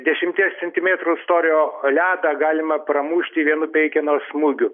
dešimties centimetrų storio ledą galima pramušti vienu peikino smūgiu